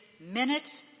minutes